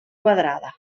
quadrada